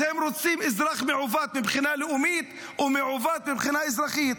הם רוצים אזרח מעוות מבחינה לאומית ומעוות מבחינה אזרחית.